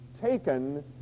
taken